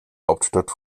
hauptstadt